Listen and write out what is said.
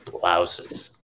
Blouses